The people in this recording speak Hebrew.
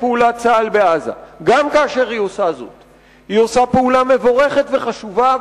פעולת צה"ל בעזה היא עושה פעולה מבורכת וחשובה,